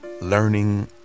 learning